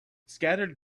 scattered